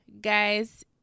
guys